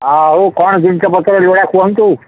ହଁ ହଉ କ'ଣ ଜିନିଷପତ୍ର ଲୋଡ଼ା କୁହନ୍ତୁ